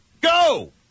Go